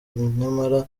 nyamara